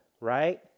right